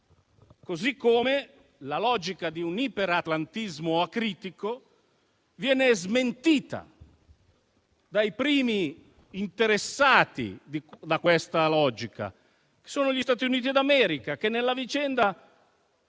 Così come la logica di un iperatlantismo acritico viene smentita dai primi interessati di questa logica, ossia gli Stati Uniti d'America, che nella vicenda